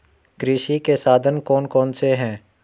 कृषि के साधन कौन कौन से हैं?